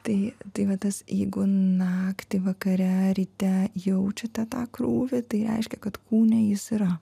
tai tai va tas jeigu naktį vakare ryte jaučiate tą krūvį tai reiškia kad kūne jis yra